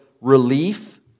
relief